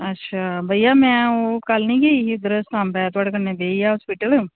भइया ओह् कल्ल में ना ओह् सांबा गेई ही हॉस्पिटल